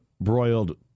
broiled